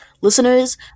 Listeners